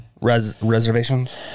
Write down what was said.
Reservations